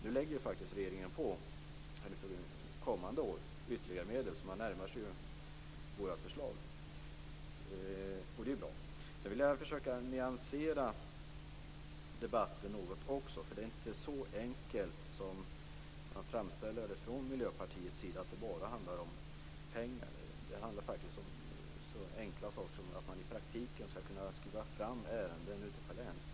Nu lägger regeringen faktiskt på ytterligare medel under kommande år, så man närmar sig vårt förslag. Och det är bra. Sedan vill jag försöka nyansera debatten något. Det är inte så enkelt som Miljöpartiet framställer det. Det handlar inte bara om pengar. Det handlar faktiskt också om så enkla saker som att man i praktiken skall kunna skriva fram ärenden på länsstyrelserna.